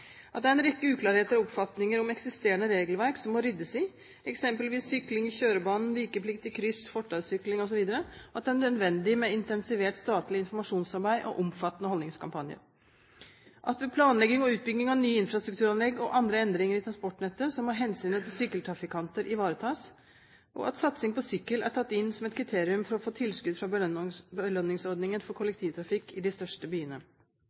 at det er en rekke uklarheter og oppfatninger om eksisterende regelverk som må ryddes opp i, eksempelvis sykling i kjørebanen, vikeplikt i kryss, fortaussykling osv. at det er nødvendig med intensivert statlig informasjonsarbeid og omfattende holdningskampanjer at ved planlegging og utbygging av nye infrastrukturanlegg og andre endringer i transportnettet må hensynet til sykkeltrafikanter ivaretas, at satsing på sykkel er tatt inn som et kriterium for å få tilskudd fra belønningsordningen for kollektivtrafikk i de største byene